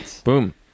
boom